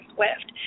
Swift